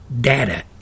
data